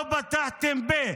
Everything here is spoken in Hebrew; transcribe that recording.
לא פתחתם פה.